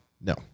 No